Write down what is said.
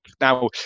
now